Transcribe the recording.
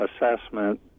assessment